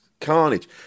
carnage